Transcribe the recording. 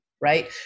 right